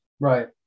Right